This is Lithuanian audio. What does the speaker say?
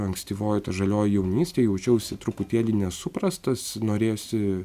ankstyvoj toj žalioj jaunystėj jaučiausi truputėlį nesuprastas norėjosi